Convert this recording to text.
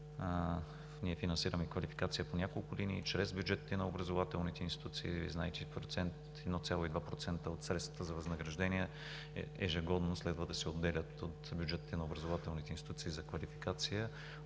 Ние финансираме квалификация по няколко линии чрез бюджетите на образователните институции. Знаете 1,2% от средствата за възнаграждения ежегодно следва да се отделят от бюджетите на образователните институции за квалификация.